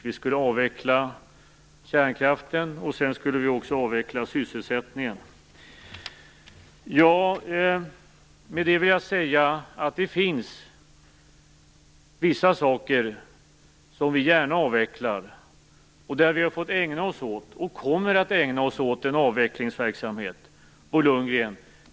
Vi skulle avveckla kärnkraften, och sedan skulle vi också avveckla sysselsättningen. Med det vill jag säga att det finns vissa saker som vi gärna avvecklar. Vi har fått ägna oss åt och kommer att ägna oss åt en avvecklingsverksamhet, Bo Lundgren.